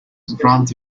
grand